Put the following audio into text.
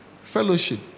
fellowship